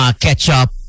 ketchup